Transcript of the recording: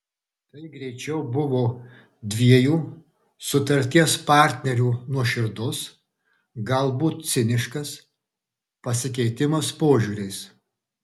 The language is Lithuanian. tai greičiau buvo dviejų sutarties partnerių nuoširdus galbūt ciniškas pasikeitimas požiūriais